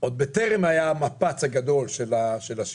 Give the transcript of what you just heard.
עוד בטרם היה המפץ הגדול של השיווק,